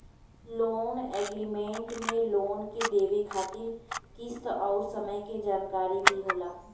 loan agreement में loan के देवे खातिर किस्त अउर समय के जानकारी भी होला